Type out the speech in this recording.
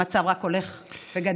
המצב רק הולך וגדל,